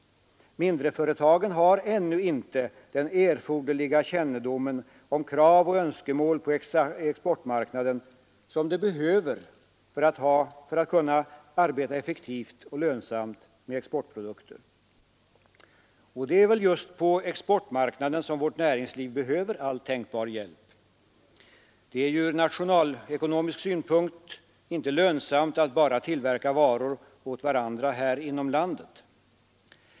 Mindreföretagen har ännu inte den kännedom om krav och önskemål på exportmarknaden som de behöver ha för att kunna arbeta effektivt och lönsamt med exportprodukter. Och det är just på exportmarknaden som vårt näringsliv behöver all tänkbar hjälp. Det är från nationalekonomisk synpunkt inte lönsamt att vi bara tillverkar varor åt varandra här inom landet.